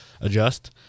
adjust